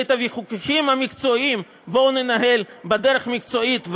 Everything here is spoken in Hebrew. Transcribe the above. ואת הוויכוחים המקצועיים בואו ננהל בדרך מקצועית,